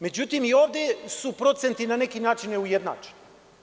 Međutim, i ovde su procenti na neki način neujednačeni.